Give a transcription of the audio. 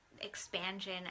expansion